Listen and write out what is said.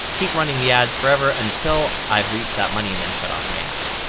keep running the ads forever until i've reached that money and then shut off my ad.